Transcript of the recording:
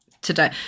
Today